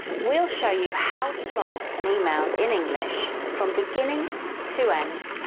we'll show you how to write an email in english from beginning to end,